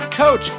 coach